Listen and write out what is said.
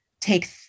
take